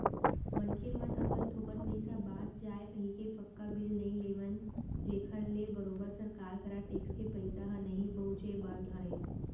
मनखे मन अपन थोकन पइसा बांच जाय कहिके पक्का बिल नइ लेवन जेखर ले बरोबर सरकार करा टेक्स के पइसा ह नइ पहुंचय बर धरय